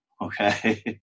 okay